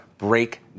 break